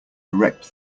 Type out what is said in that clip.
erect